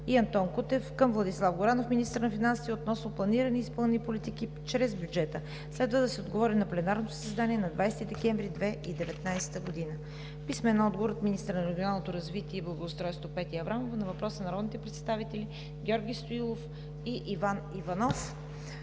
и Антон Кутев към Владислав Горанов – министър на финансите, относно планирани и изпълнени политики чрез бюджета. Следва да се отговори на пленарното заседание на 20 декември 2019 г. Писмени отговори от: - министъра на регионалното развитие и благоустройството Петя Аврамова на въпроси на народните представители Георги Стоилов и Иван Димов